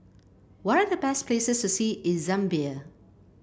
what are the best places to see in Zambia